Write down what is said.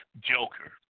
Joker